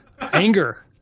anger